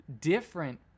different